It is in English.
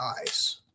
eyes